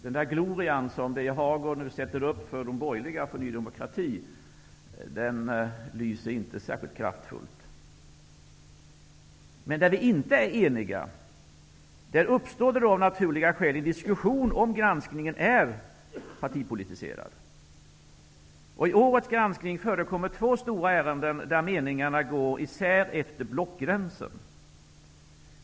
Den gloria som Birger Hagård sätter upp för de borgerliga partierna och för Ny demokrati, lyser inte särskilt kraftfullt. Men där vi inte är eniga, där uppstår det av naturliga skäl en diskussion om huruvida granskningen är partipolitiserad. I årets granskning förekommer två stora ärenden där meningarna går isär efter blockgränsen.